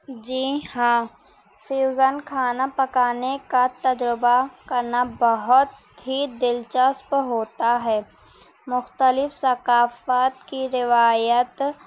جی ہاں فیوزن کھانا پکانے کا تجربہ کرنا بہت ہی دلچسپ ہوتا ہے مختلف ثقافت کی روایت